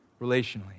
relationally